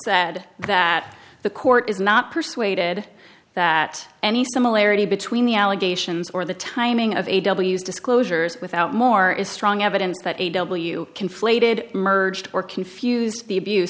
said that the court is not persuaded that any similarity between the allegations or the timing of a w s disclosures without more is strong evidence that a w conflated merged or confused the abuse